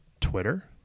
Twitter